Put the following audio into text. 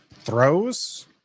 Throws